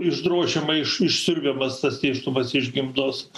išdrožiama iš išsiurbiamas tas nėštumas iš gimdos